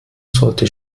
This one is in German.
sollte